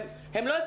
הם לא יעילים,